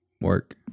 work